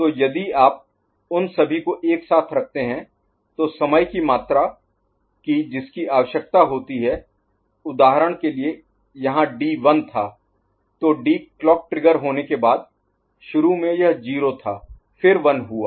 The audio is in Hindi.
तो यदि आप उन सभी को एक साथ रखते हैं तो समय की मात्रा की जिसकी आवश्यकता होती है उदाहरण के लिए यहां डी 1 था तो डी क्लॉक ट्रिगर होने के बाद शुरू में यह 0 था फिर 1 हुआ